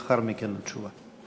לאחר מכן התשובה.